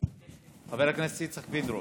חבר הכנסת איציק פינדרוס,